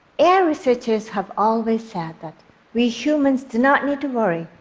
ai researchers have always said that we humans do not need to worry,